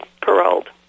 paroled